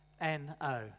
N-O